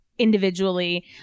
individually